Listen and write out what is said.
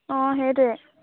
অঁ সেইটোৱে